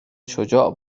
شجاع